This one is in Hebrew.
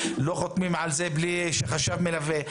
לא חותמים על כלום בלי חשב מלווה.